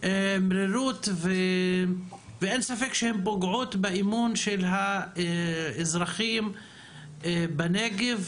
מרירות ופוגעות באמון של האזרחים בנגב?